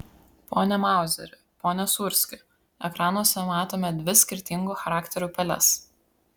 pone mauzeri pone sūrski ekranuose matome dvi skirtingų charakterių peles